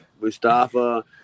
Mustafa